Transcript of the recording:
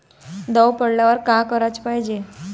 दव पडल्यावर का कराच पायजे?